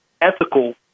Ethical